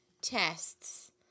tests